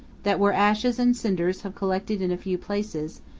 that where ashes and cinders have collected in a few places,